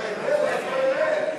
ההסתייגויות